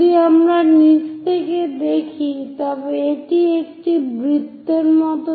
যদি আমরা নীচ থেকে দেখি তবে এটি একটি বৃত্তের মত দেখাবে